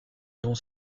dont